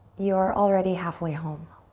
you are already halfway home.